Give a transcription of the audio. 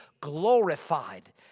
glorified